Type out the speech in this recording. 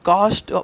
Cost